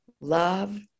love